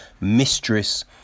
mistress